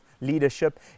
leadership